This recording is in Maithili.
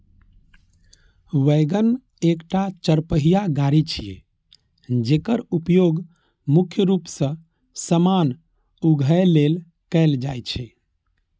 वैगन एकटा चरपहिया गाड़ी छियै, जेकर उपयोग मुख्य रूप मे सामान उघै लेल कैल जाइ छै